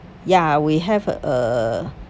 ya we have uh